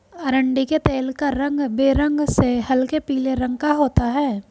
अरंडी के तेल का रंग बेरंग से हल्के पीले रंग का होता है